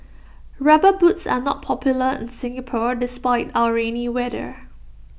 rubber boots are not popular in Singapore despite our rainy weather